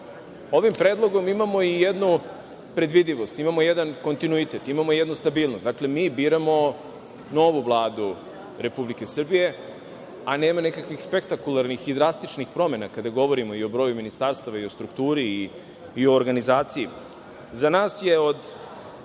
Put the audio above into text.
ovim predlogom imamo i jednu predvidljivost, imamo jedan kontinuitet, imamo jednu stabilnost. Dakle, mi biramo novu Vladu Republike Srbije, a nema nekih spektakularnih i drastičnih promena kada govorimo i o broju ministarstava i o strukturi i o organizaciji.Za nas je od